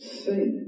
see